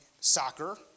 soccer